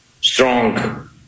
Strong